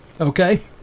okay